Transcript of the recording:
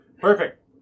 perfect